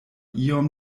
iom